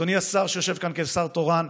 אדוני השר שיושב כאן כשר תורן,